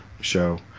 show